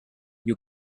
you